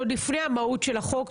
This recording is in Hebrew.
עוד לפני המהות של החוק,